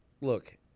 Look